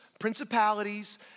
principalities